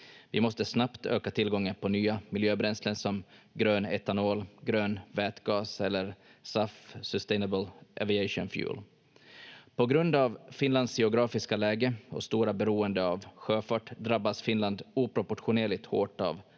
Vi måste snabbt öka tillgången på nya miljöbränslen som grön etanol, grön vätgas eller SAF, Sustainable Aviation Fuel. På grund av Finlands geografiska läge och stora beroende av sjöfart drabbas Finland oproportionerligt hårt av